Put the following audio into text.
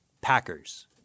Packers